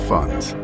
Funds